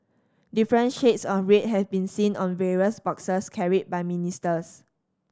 different shades of red have been seen on various boxes carried by ministers